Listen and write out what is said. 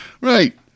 Right